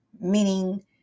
Meaning